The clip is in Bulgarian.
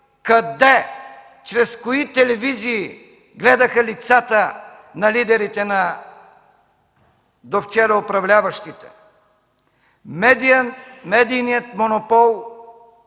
къде, чрез кои телевизии гледаха лицата на лидерите на довчера управляващите! Медийният монопол